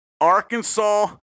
Arkansas